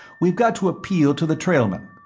we've got to appeal to the trailmen.